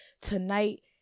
Tonight